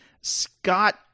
Scott